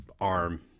arm